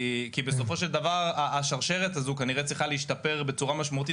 כי בסופו של דבר השרשרת הזאת כנראה צריכה להשתפר בצורה משמעותית.